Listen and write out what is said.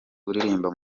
uririmba